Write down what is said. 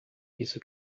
isso